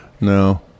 No